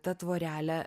ta tvorelė